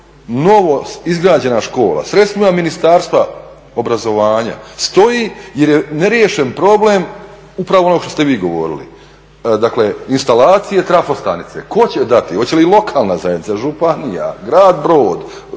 novoizgrađena škola sredstvima Ministarstva obrazovanja stoji jer je ne riješen problem upravo onog što ste vi govorili, dakle instalacije trafostanice. Tko će dati hoće li lokalna zajednica, županija, grad Brod